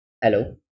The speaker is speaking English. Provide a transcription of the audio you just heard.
Hello